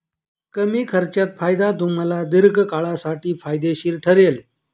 कमी खर्चात फायदा तुम्हाला दीर्घकाळासाठी फायदेशीर ठरेल